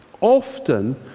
often